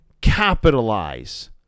capitalize